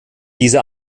diese